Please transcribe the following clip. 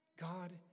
God